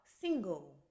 single